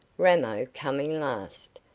ramo coming last,